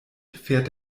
fährt